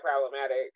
problematic